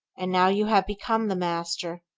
and now you have become the master,